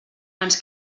ens